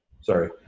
Sorry